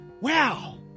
wow